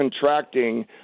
contracting